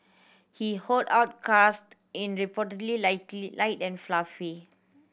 he hollowed out crust in reportedly lightly light and fluffy